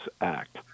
Act